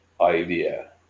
idea